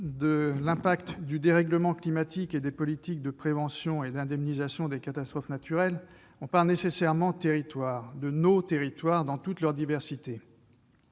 de l'impact du dérèglement climatique et des politiques de prévention et d'indemnisation des catastrophes naturelles, on parle nécessairement de nos territoires dans toute leur diversité.